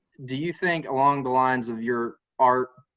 do you think along the lines of your art